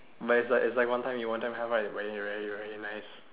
but it's like it's like one time you one time have right very very very nice